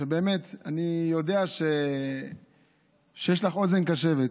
אני יודע שיש לך אוזן קשבת.